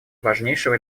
важнейшего